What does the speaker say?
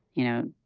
you know,